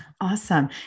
Awesome